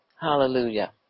Hallelujah